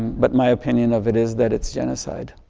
but my opinion of it is that it's genocide.